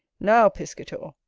now, piscator,